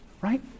right